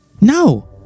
No